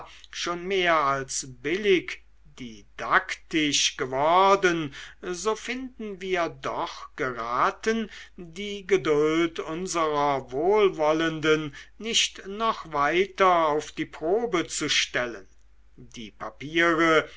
schon mehr als billig didaktisch geworden so finden wir doch geraten die geduld unserer wohlwollenden nicht noch weiter auf die probe zu stellen die papiere